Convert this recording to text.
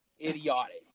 idiotic